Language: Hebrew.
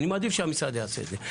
אני מעדיף שהמשרד יעשה את זה.